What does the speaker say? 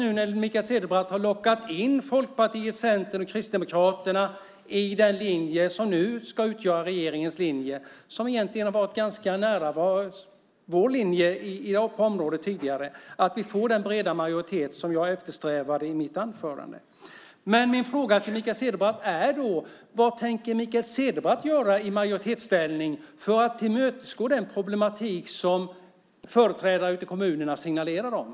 Nu när Mikael Cederbratt har lockat in Folkpartiet, Centern och Kristdemokraterna på den linje som nu ska utgöra regeringens linje och som egentligen har legat ganska nära vår linje på området tidigare hoppas jag att vi får den breda majoritet som jag eftersträvade i mitt anförande. Min fråga till Mikael Cederbratt är: Vad tänker Mikael Cederbratt göra i majoritetsställning för att lösa de problem som företrädare ute i kommunerna signalerar om?